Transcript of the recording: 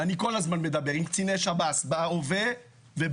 ואני כל הזמן מדבר עם קציני שב"ס בהווה ובעבר.